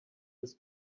this